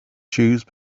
choose